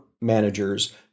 managers